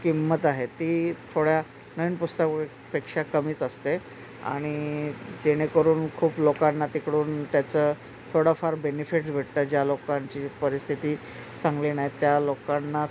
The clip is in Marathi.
किंमत आहे ती थोड्या नवीन पुस्तकपेक्षा कमीच असते आणि जेणेकरून खूप लोकांना तिकडून त्याचं थोडंफार बेनिफिट्स भेटतं ज्या लोकांची परिस्थिती चांगली ना त्या लोकांना